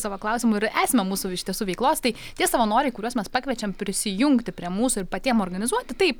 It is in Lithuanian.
savo klausimu esmę mūsų iš tiesų veiklos tai tie savanoriai kuriuos mes pakviečiam prisijungti prie mūsų ir patiem organizuoti taip